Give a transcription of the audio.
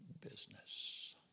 business